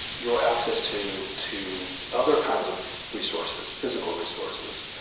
your access to to other kinds of resources, physical resources.